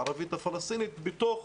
הערבית הפלסטינית בתוך